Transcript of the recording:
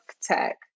tech